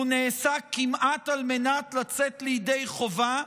הוא נעשה כמעט על מנת לצאת ידי חובה,